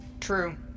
True